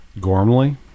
Gormley